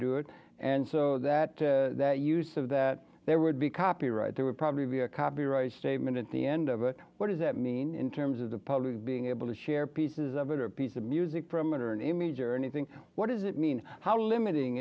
do it and so that that use of that there would be copyright there would probably be a copyright statement at the end of it what does that mean in terms of the public being able to share pieces of it or piece a music promoter an image or anything what does it mean how limiting